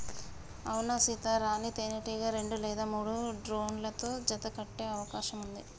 అవునా సీత, రాణీ తేనెటీగ రెండు లేదా మూడు డ్రోన్లతో జత కట్టె అవకాశం ఉంది